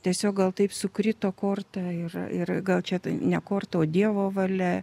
tiesiog gal taip sukrito korta ir ir gal čia ne korta o dievo valia